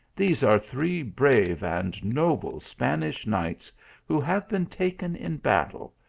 these are three brave and noble spanish knights who have been taken in battle,